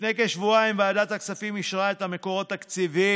לפני כשבועיים ועדת הכספים אישרה את המקור התקציבי